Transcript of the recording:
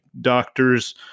doctors